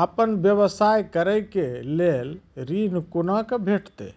आपन व्यवसाय करै के लेल ऋण कुना के भेंटते